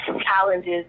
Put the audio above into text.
challenges